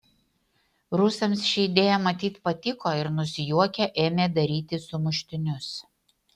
rusams ši idėja matyt patiko ir nusijuokę ėmė daryti sumuštinius